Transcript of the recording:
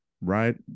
right